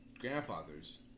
grandfathers